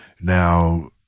Now